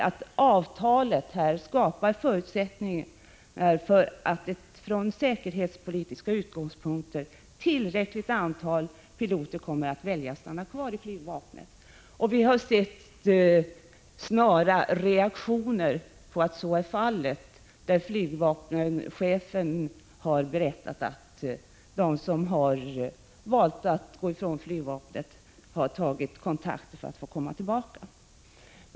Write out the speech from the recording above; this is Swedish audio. = Avtalet skapar förutsättningar för att ett från säkerhetspolitiska utgångspunkter tillräckligt antal piloter kommer att välja att stanna kvar i flygvapnet. Vi har fått reaktioner som tyder på att så har blivit fallet. Flygvapenchefen har berättat att en del av dem som har valt att gå från flygvapnet har tagit kontakt och bett om att få komma tillbaka.